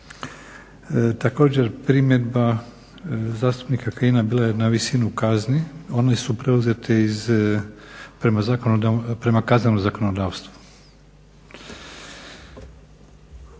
Također primjedba zastupnika Kajina bila je na visinu kazni, one su preuzete prema kaznenom zakonodavstvu.